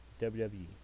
wwe